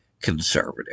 conservative